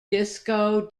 disco